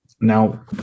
now